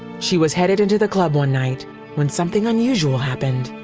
she was headed into the club one night when something unusual happened.